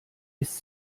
ist